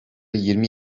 yirmi